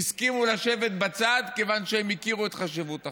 הסכימו לשבת בצד, כיוון שהם הכירו בחשיבות החוק.